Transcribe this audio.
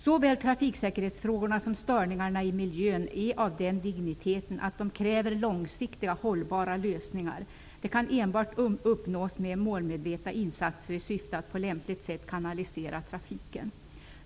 Såväl trafiksäkerhetsfrågorna som störningarna i miljön är av den digniteten att de kräver långsiktiga hållbara lösningar. Det kan enbart uppnås med målmedvetna insatser i syfte att på lämpligt sätt kanalisera trafiken.